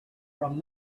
from